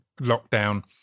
lockdown